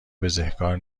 بزهکار